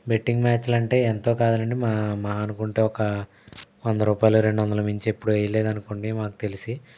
betting మ్యాచ్లు అంటే ఎంతో కాదులెండి మా మహా అనుకుంటే ఒక వంద రూపాయలు రెండు వందల మించి ఎప్పుడు వేయలేదు అనుకోండి మాకు తెలిసి